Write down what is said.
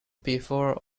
before